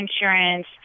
insurance